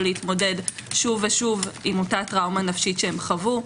להתמודד שוב ושוב עם אותה טראומה נפשית שהם חוו.